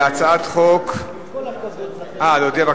להצעת חוק, אה, להודות?